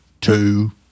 two